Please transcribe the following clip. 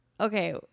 Okay